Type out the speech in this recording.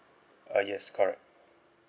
ah yes correct